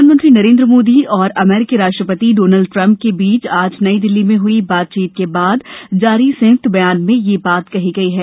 प्रधानमंत्री नरेन्द्र मोदी और अमेरिकी राष्ट्रपति डोनाल्ड ट्रंप के बीच आज नई दिल्ली में हुई बातचीत के बाद जारी संयुक्त बयान में ये बात कही गई है